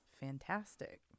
fantastic